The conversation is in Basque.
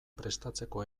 prestatzeko